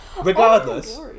regardless